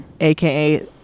aka